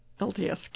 LDS